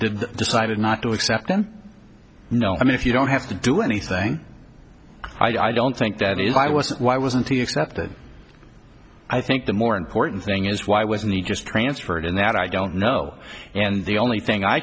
did decided not to accept and you know i mean if you don't have to do anything i don't think that is why wasn't why wasn't he accepted i think the more important thing is why wasn't he just transferred in that i don't know and the only thing i